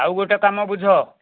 ଆଉ ଗୋଟେ କାମ ବୁଝ